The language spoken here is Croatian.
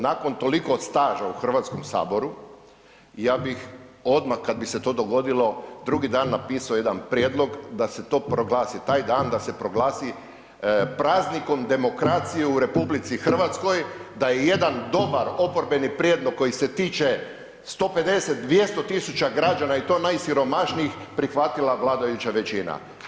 Nakon toliko staža u Hrvatskome saboru ja bih odmah, kad bi se to dogodilo, drugi dan napisao jedan prijedlog da se to proglasi, taj dan da se proglasi praznikom demokracije u RH, da je jedan dobar oporbeni prijedlog koji se tiče 150, 200 tisuća građana i to najsiromašnijih, prihvatila vladajuća većina.